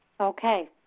Okay